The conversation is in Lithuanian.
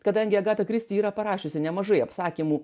kadangi agata kristi yra parašiusi nemažai apsakymų